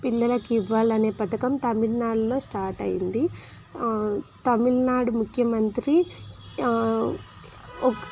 పిల్లలకి ఇవ్వాలనే పథకం తమిళనాడులో స్టార్ట్ అయ్యింది తమిళనాడు ముఖ్యమంత్రి ఒక్